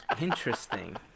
Interesting